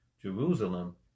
Jerusalem